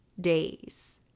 days